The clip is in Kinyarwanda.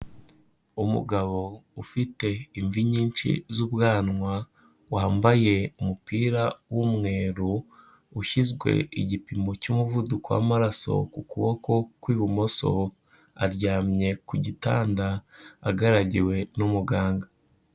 Umugabo ufite imvi nyinshi z'ubwanwa, wambaye umupira w'umweru, ushyizwe igipimo cy'umuvuduko w'amaraso ku kuboko kw'ibumoso, aryamye ku gitanda agaragiwe n'umuganga.